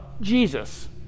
Jesus